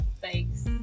thanks